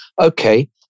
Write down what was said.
okay